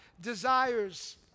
desires